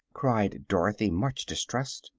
cried dorothy, much distressed.